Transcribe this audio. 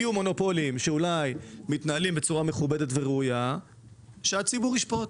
יהיו מונופולים שאולי מתנהלים בצורה מכובדת וראויה שהציבור ישפוט.